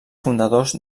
fundadors